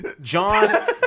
John